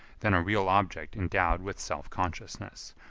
than a real object endowed with self-consciousness,